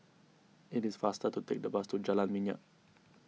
it is faster to take the bus to Jalan Minyak